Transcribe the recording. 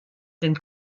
den